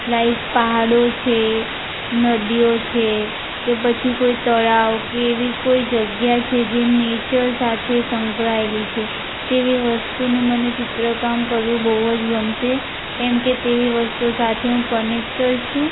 like પહાડો છે નદીઓ છે કે પછી કોઈ તળાવ કે એવી કોઈ જગ્યા છે જે નેચર સાથે સંકળાયેલી છે તેવી વસ્તુનું મને ચિત્રકામ કરવું બહુ જ ગમશે કેમકે તેવી વસ્તુઓ સાથે હું કનેક્ટેડ છું